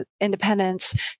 independence